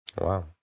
Wow